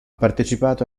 partecipato